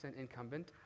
incumbent